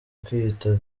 kwiyita